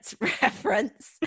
reference